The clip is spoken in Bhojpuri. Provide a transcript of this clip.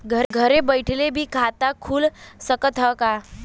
घरे बइठले भी खाता खुल सकत ह का?